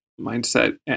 mindset